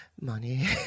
Money